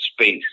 space